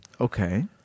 Okay